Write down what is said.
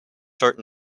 short